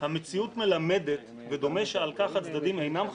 'המציאות מלמדת, ודומה שעל כך הצדדים אינם חלוקים,